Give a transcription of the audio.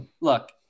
look